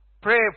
Pray